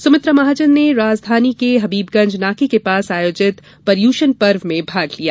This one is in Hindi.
सुमित्रा महाजन ने राजधानी के हबीबगंज नाके के पास आयोजित पर्य्रषण पर्व में भाग लिया